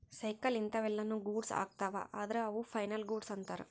cycle ಇಂತವೆಲ್ಲ ನು goods ಅಗ್ತವ ಅದ್ರ ಅವು ಫೈನಲ್ ಗೂಡ್ಸ್ ಅಂತರ್